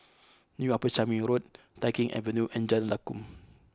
new Upper Changi Road Tai Keng Avenue and Jalan Lakum